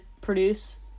produce